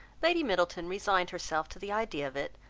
lady middleton resigned herself to the idea of it,